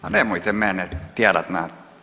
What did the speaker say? Ma nemojte mene tjerati na